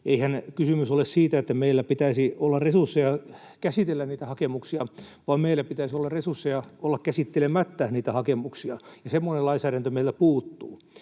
Eihän kysymys ole siitä, että meillä pitäisi olla resursseja käsitellä niitä hakemuksia, vaan meillä pitäisi olla resursseja olla käsittelemättä niitä hakemuksia, ja semmoinen lainsäädäntö meiltä puuttuu.